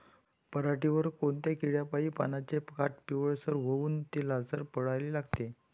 पऱ्हाटीवर कोनत्या किड्यापाई पानाचे काठं पिवळसर होऊन ते लालसर पडाले लागते?